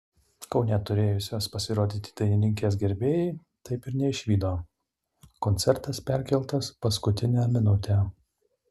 kaune turėjusios pasirodyti dainininkės gerbėjai taip ir neišvydo koncertas perkeltas paskutinę minutę